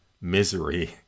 misery